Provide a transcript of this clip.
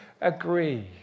agree